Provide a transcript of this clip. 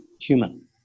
human